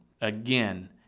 Again